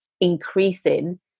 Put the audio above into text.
increasing